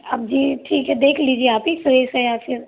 अब जी ठीक है देख लीजिए आप ही सही से या फिर